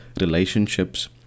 relationships